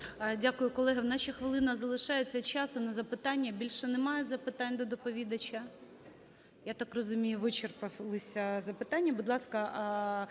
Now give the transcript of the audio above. Дякую. Колеги, у нас ще хвилина залишається часу на запитання. Більше немає запитань до доповідача? Я так розумію, вичерпалися запитання.